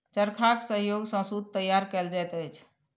चरखाक सहयोग सॅ सूत तैयार कयल जाइत अछि